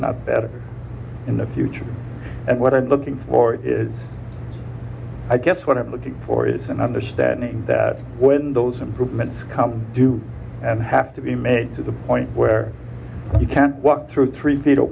not better in the future and what i'm looking for is i guess what i'm looking for is an understanding that when those improvement come due and have to be made to the point where you can walk through three feet of